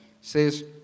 says